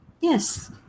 yes